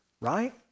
right